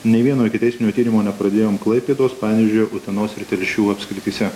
nei vieno ikiteisminio tyrimo nepradėjome klaipėdos panevėžio utenos ir telšių apskrityse